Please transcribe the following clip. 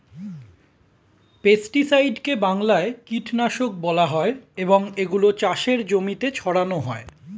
পেস্টিসাইডকে বাংলায় কীটনাশক বলা হয় এবং এগুলো চাষের জমিতে ছড়ানো হয়